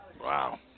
Wow